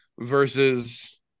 versus